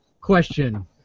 question